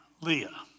Leah